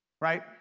Right